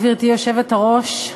גברתי היושבת-ראש,